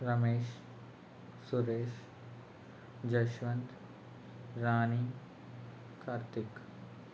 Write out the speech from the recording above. Ramesh Suresh Jaswanth Rani Karthik